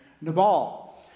Nabal